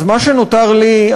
אז מה שנותר לי,